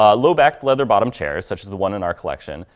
ah low back leather bottom chairs, such as the one in our collection,